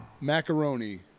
macaroni